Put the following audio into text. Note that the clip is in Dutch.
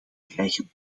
krijgen